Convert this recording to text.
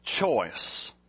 choice